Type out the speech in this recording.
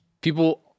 people